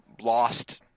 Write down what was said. lost